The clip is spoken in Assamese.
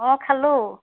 অঁ খালো